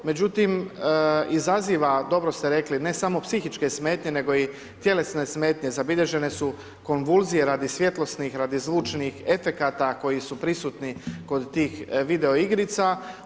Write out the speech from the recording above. Međutim, izaziva, dobro ste rekli, ne samo psihičke smetnje, nego i tjelesne smetnje, zabilježene su konvulzije radi svjetlosnih, radi zvučnih efekata koji su prisutni kod tih video igrica.